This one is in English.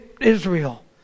Israel